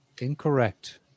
Incorrect